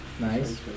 Nice